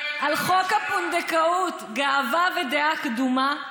על חוק הפונדקאות: גאווה ודעה קדומה,